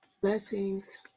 Blessings